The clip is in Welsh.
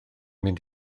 mynd